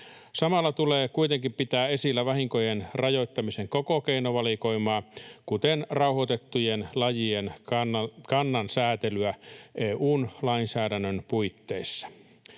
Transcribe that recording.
Samalla tulee kuitenkin pitää esillä vahinkojen rajoittamisen koko keinovalikoimaa, kuten rauhoitettujen lajien kannan säätelyä EU:n lainsäädännön puitteissa.